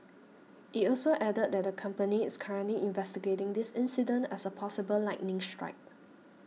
it also added that the company is currently investigating this incident as a possible lightning strike